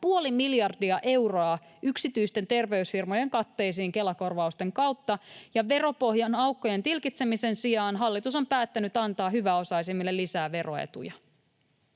puoli miljardia euroa yksityisten terveysfirmojen katteisiin Kela-korvausten kautta, ja veropohjan aukkojen tilkitsemisen sijaan hallitus on päättänyt antaa hyväosaisimmille lisää veroetuja.